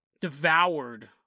devoured